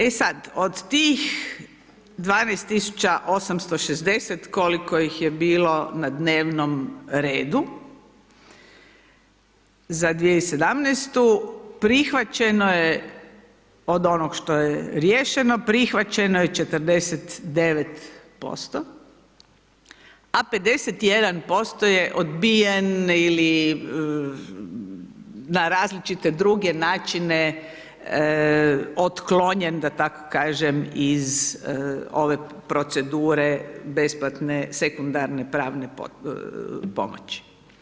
E sada, od tih 12860 koliko ih je bilo na dnevnom redu, za 2017. prihvaćeno je od onoga što je riješeno, prihvaćeno je 49% a 51% je odbijen ili na različite druge način otklonjen da tako kažem iz ove procedure besplatne sekundarne pravne pomoći.